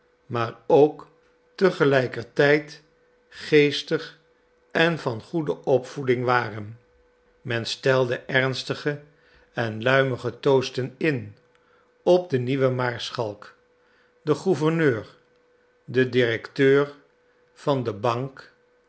maar ook te gelijker tijd geestig en van goede opvoeding waren men stelde ernstige en luimige toasten in op den nieuwen maarschalk den gouverneur den directeur van de bank